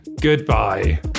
Goodbye